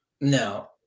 No